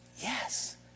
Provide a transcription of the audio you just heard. yes